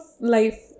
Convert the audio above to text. life